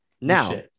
now